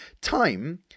Time